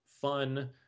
fun